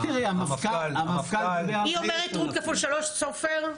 רות אומרת כפול 3. סופר?